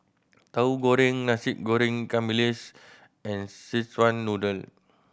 Tahu Goreng Nasi Goreng ikan bilis and Szechuan Noodle